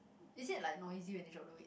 is it like noisy when you drop the weight